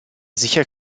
sicher